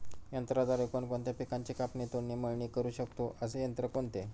यंत्राद्वारे कोणकोणत्या पिकांची कापणी, तोडणी, मळणी करु शकतो, असे यंत्र कोणते?